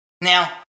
Now